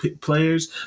players